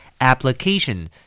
Application